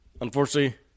unfortunately